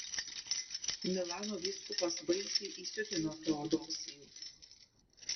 milano vyskupas baisiai įsiutino teodosijų